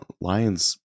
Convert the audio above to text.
Lions